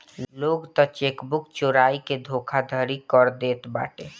लोग तअ चेकबुक चोराई के धोखाधड़ी कर देत बाटे